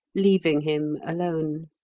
leaving him alone.